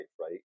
right